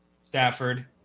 Stafford